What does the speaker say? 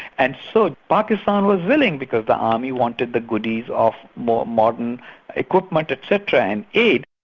and so pakistan was willing, because the army wanted the goodies of more modern equipment etc, and aid.